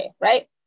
right